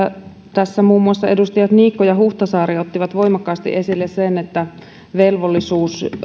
tässä muun muassa edustajat niikko ja huhtasaari ottivat voimakkaasti esille sen että velvollisuus